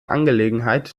angelegenheit